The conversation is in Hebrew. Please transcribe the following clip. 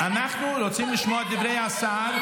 רוצים לשמוע את דברי השר,